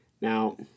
Now